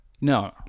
No